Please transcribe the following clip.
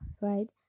right